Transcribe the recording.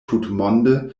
tutmonde